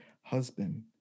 husband